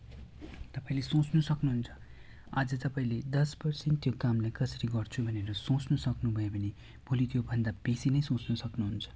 तपाईँले सोच्नु सक्नुहुन्छ आज तपाईँले दस पर्सेन्ट त्यो कामलाई कसरी गर्छु भनेर सोच्नु सक्नु भयो भने भोलि त्योभन्दा बेसी नै सोच्नु सक्नुहुन्छ